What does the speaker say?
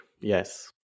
Yes